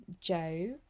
Joe